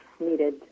needed